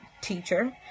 teacher